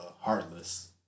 Heartless